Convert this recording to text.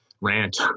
rant